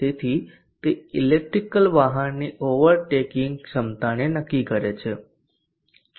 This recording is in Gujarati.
તેથી તે ઇલેક્ટ્રિક વાહનની ઓવરટેકિંગ ક્ષમતાને નક્કી કરે છે